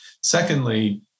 Secondly